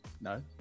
No